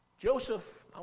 Joseph